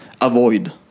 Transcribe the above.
avoid